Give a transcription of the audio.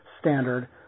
standard